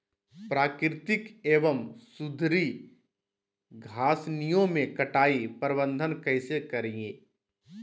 प्राकृतिक एवं सुधरी घासनियों में कटाई प्रबन्ध कैसे करीये?